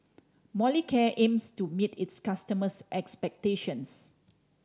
Molicare aims to meet its customers' expectations